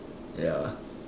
ya